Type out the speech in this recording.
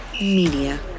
Media